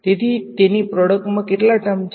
તેથી તેની પ્રોડક્ટ પ્રોડક્ટમાં કેટલા ટર્મ છે